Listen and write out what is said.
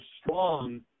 strong